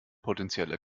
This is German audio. potenzielle